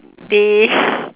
they